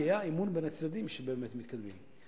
כי היה אמון בין הצדדים שבאמת מתקדמים.